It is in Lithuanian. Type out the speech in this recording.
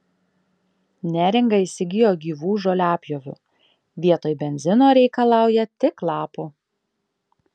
neringa įsigijo gyvų žoliapjovių vietoj benzino reikalauja tik lapų